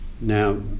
Now